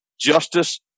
Justice